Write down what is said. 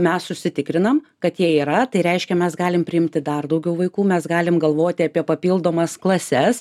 mes užsitikrinam kad jie yra tai reiškia mes galim priimti dar daugiau vaikų mes galim galvoti apie papildomas klases